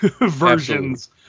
versions